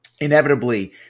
inevitably